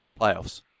playoffs